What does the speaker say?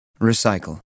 Recycle